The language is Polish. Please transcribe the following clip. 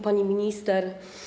Pani Minister!